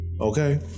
Okay